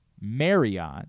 Marriott